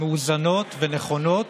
מאוזנות ונכונות,